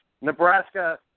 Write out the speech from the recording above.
Nebraska